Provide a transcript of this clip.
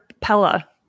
Pella